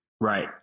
right